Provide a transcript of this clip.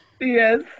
Yes